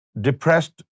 depressed